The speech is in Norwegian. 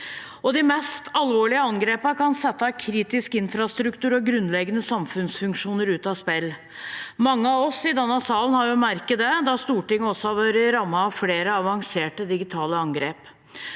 De mest alvorlige angrepene kan sette kritisk infrastruktur og grunnleggende samfunnsfunksjoner ut av spill. Mange av oss i denne salen har merket det, da Stortinget også har vært rammet av flere avanserte digitale angrep.